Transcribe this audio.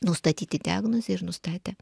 nustatyti diagnozę ir nustatė